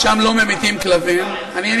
שם לא ממיתים כלבים, מה עשית בבולגריה?